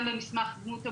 גם במסמך דמות הבוגר.